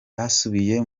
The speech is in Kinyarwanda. basubiye